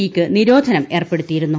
E ക്ക് നിരോധനം ഏർപ്പെടുത്തിയിരുന്നു